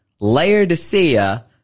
Laodicea